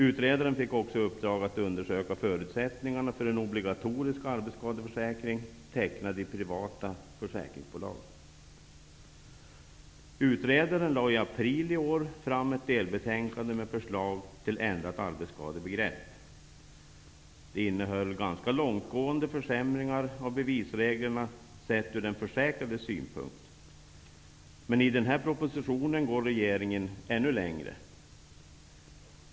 Utredaren fick också i uppdrag att undersöka förutsättningarna för en obligatorisk arbetsskadeförsäkring, tecknad i privata försäkringsbolag. Utredaren lade i april i år fram ett delbetänkande med förslag till ändrat arbetsskadebegrepp. Det innehöll ganska långtgående försämringar av bevisreglerna, sett ur den försäkrades synpunkt. Men i den här propositionen går regeringen ännu längre.